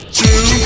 two